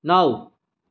નવ